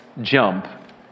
jump